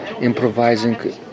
improvising